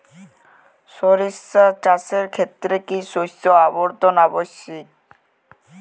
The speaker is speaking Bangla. সরিষা চাষের ক্ষেত্রে কি শস্য আবর্তন আবশ্যক?